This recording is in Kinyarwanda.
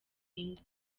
ingo